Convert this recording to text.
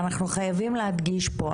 אנחנו חייבים להדגיש פה,